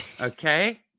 Okay